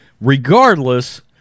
Regardless